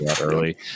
early